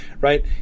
right